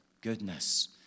Goodness